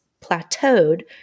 plateaued